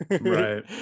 right